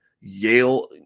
Yale